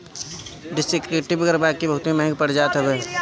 descriptive कर बाकी बहुते महंग पड़ जात हवे